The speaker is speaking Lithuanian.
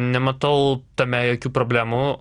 nematau tame jokių problemų